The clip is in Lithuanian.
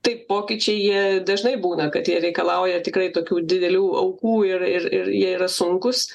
taip pokyčiai jie dažnai būna kad jie reikalauja tikrai tokių didelių aukų ir ir jie yra sunkūs